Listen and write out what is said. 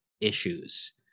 issues